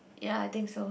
ya I think so